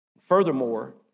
Furthermore